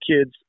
kids